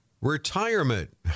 Retirement